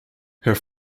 his